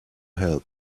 help